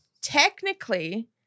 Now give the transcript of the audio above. Technically